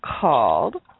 called